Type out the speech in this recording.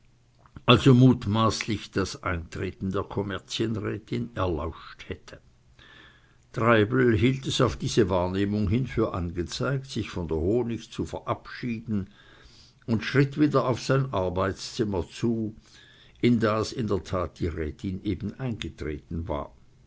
also mutmaßlich das eintreten der kommerzienrätin erlauscht hätte treibel hielt es auf diese wahrnehmung hin für angezeigt sich von der honig zu verabschieden und schritt wieder auf sein arbeitszimmer zu in das in der tat die rätin eben eingetreten war